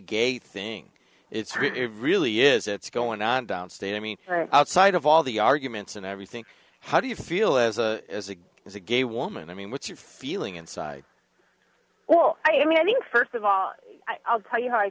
gay thing it's really really is it's going on downstairs i mean outside of all the arguments and everything how do you feel as a as it as a gay woman i mean what's your feeling inside well i mean i think first of all i'll tell you how i